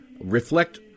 reflect